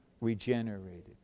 regenerated